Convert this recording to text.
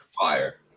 fire